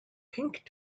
pink